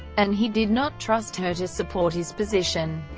and he did not trust her to support his position.